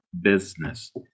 business